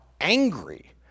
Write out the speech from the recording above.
angry